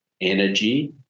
energy